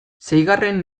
seigarren